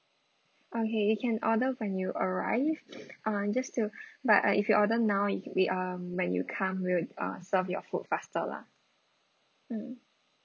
okay you can order when you arrive uh just to but uh if you order now you could be uh when you come we'll uh serve your food faster lah mm